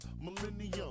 millennium